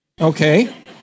okay